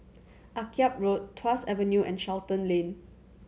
Akyab Road Tuas Avenue and Charlton Lane